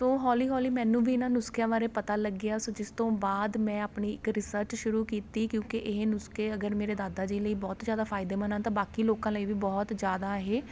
ਸੋ ਹੌਲੀ ਹੌਲੀ ਮੈਨੂੰ ਵੀ ਇਹਨਾਂ ਨੁਸਖਿਆਂ ਬਾਰੇ ਪਤਾ ਲੱਗਿਆ ਸੋ ਜਿਸ ਤੋਂ ਬਾਅਦ ਮੈਂ ਆਪਣੀ ਇੱਕ ਰਿਸਰਚ ਸ਼ੁਰੂ ਕੀਤੀ ਕਿਉਂਕਿ ਇਹ ਨੁਸਖੇ ਅਗਰ ਮੇਰੇ ਦਾਦਾ ਜੀ ਲਈ ਬਹੁਤ ਜ਼ਿਆਦਾ ਫਾਇਦੇਮੰਦ ਆ ਤਾਂ ਬਾਕੀ ਲੋਕਾਂ ਲਈ ਵੀ ਬਹੁਤ ਜ਼ਿਆਦਾ ਇਹ